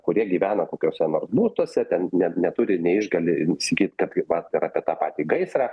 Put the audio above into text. kurie gyvena kokiuose nors butuose ten net neturi neišgali insigyt taip kad vat ir apie tą patį gaisrą